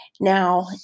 now